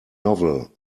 novel